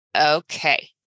okay